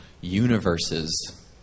universes